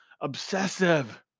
obsessive